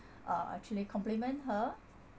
uh actually compliment her